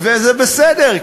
וזה בסדר,